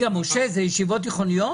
משה, זה ישיבות תיכוניות?